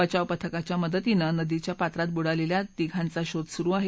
बचाव पथकाच्या मदतीने नदीच्या पात्रात बुडालेल्या तीन जणांची शोध सुरु आहे